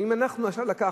ואם אנחנו עכשיו לקחנו,